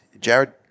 Jared